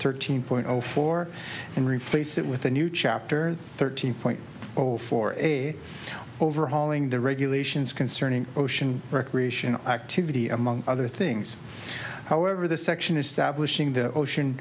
thirteen point zero four and replace it with a new chapter thirteen point zero four a overhauling the regulations concerning ocean recreational activity among other things however the section establishing the ocean